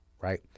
right